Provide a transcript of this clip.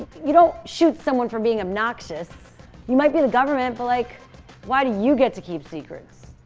you don't shoot someone from being obnoxious you might be the government for like why do you get to keep secrets?